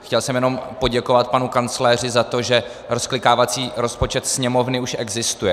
Chtěl jsem jenom poděkovat panu kancléři za to, že rozklikávací rozpočet Sněmovny už existuje.